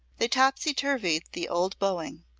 they topsy-turvied the old bowing.